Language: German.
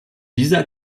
dieser